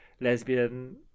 lesbian